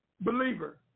believer